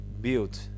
build